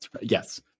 Yes